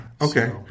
okay